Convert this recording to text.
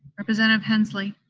representative hensley?